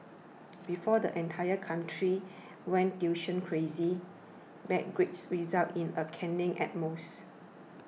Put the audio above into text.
before the entire country went tuition crazy bad grades resulted in a caning at most